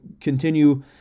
continue